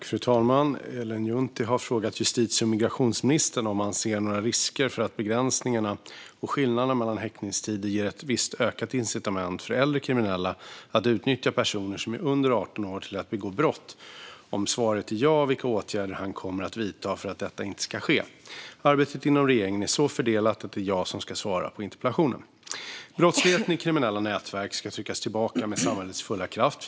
Fru talman! Ellen Juntti har frågat justitie och migrationsministern om han ser några risker för att begränsningarna och skillnaderna mellan häktningstider ger ett visst ökat incitament för äldre kriminella att utnyttja personer som är under 18 år till att begå brott och, om svaret är ja, vilka åtgärder han kommer att vidta för att detta inte ska ske. Arbetet inom regeringen är så fördelat att det är jag som ska svara på interpellationen. Brottsligheten i kriminella nätverk ska tryckas tillbaka med samhällets fulla kraft.